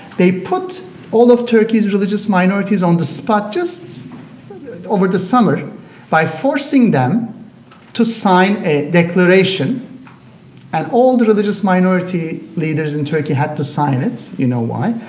they put all of turkey's religious minorities on the spot just over the summer by forcing them to sign a declaration and all of the religious minority leaders in turkey had to sign it. you know why.